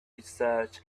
research